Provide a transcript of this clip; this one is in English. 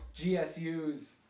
GSU's